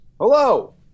Hello